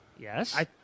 Yes